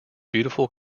beautiful